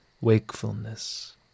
wakefulness